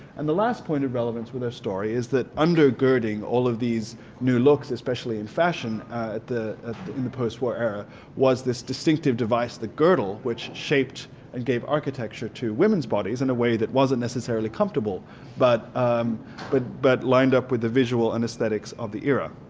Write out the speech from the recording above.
and the last point of relevance with our story is that undergirding all of these new looks especially in fashion in the post-war era was this distinctive devise the girdle which shaped and gave architecture to women's bodies in a way that wasn't necessarily comfortable but um but but lined up with the visual and aesthetics of the era.